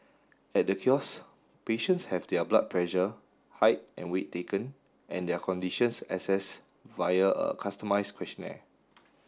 at the kiosk patients have their blood pressure height and weight taken and their conditions assessed via a customised questionnaire